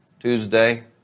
Tuesday